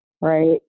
right